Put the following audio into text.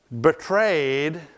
betrayed